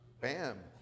Bam